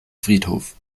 friedhof